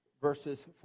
verses